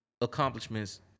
accomplishments